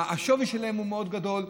השווי שלהם הוא מאוד גדול.